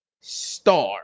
star